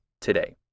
today